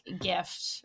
gift